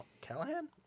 Callahan